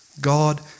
God